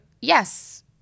yes